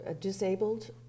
disabled